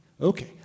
okay